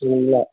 சரிங்களா